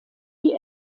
die